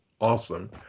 awesome